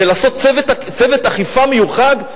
ולעשות צוות אכיפה מיוחד?